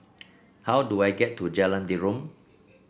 how do I get to Jalan Derum